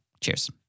Cheers